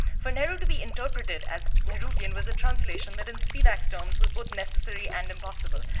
for nehru to be interpreted as nehruvian was a translation that in spivak's terms, was both necessary and impossible,